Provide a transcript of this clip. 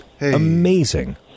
amazing